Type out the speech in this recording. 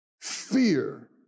Fear